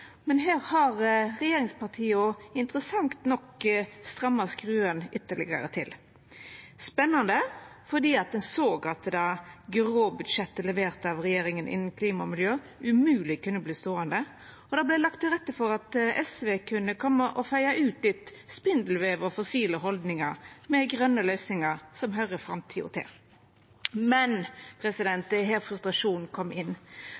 Her har regjeringspartia interessant nok stramma skruen ytterlegare til. Det har vore spanande, fordi ein såg at det grå budsjettet levert av regjeringa innan klima og miljø umulig kunne verta ståande, og det vart lagt til rette for at SV kunne koma og feia ut litt spindelvev og fossile haldningar med grøne løysingar som høyrer framtida til. Men det er her frustrasjonen kjem inn.